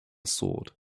sword